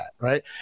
right